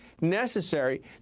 necessary